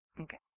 Okay